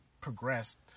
progressed